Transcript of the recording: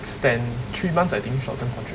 extend three months I think short term contract